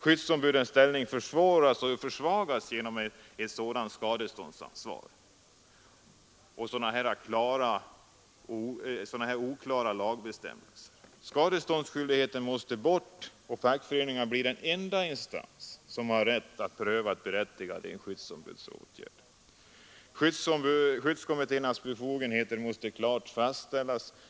Skyddsombudens ställning försvåras och försvagas genom sådant skadeståndsansvar 'och sådana oklara lagbestämmelser. Skadeståndsskyldigheten måste bort och fackföreningarna bli den enda instans som har rätt att pröva det berättigade i skyddsombudens åtgärder. Skyddskommittéernas befogenheter måste klart fastställas.